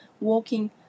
walking